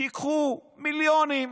תיקחו מיליונים,